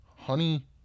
Honey